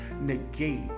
negate